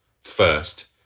first